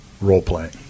role-playing